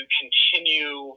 continue